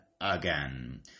again